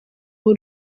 aho